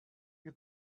you